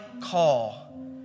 call